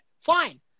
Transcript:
fine